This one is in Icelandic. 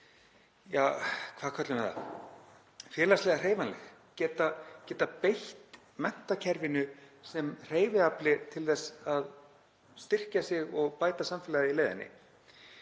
söðla um, vera félagslega hreyfanleg, geta beitt menntakerfinu sem hreyfiafli til þess að styrkja sig og bæta samfélagið í leiðinni.